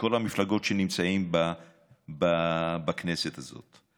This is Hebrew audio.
מכל המפלגות שנמצאים בכנסת הזאת.